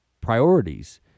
priorities